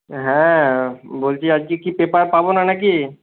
হ্যাঁ বলছি আজকে কি পেপার পাব না না কি